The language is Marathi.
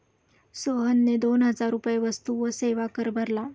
सोहनने दोन हजार रुपये वस्तू व सेवा कर भरला